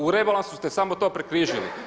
U rebalansu ste samo to prekrižili.